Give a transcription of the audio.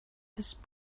his